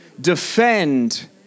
defend